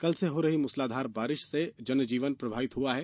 कल से हो रही मूसलाधार बारिश से जनजीवन प्रभावित हुआ है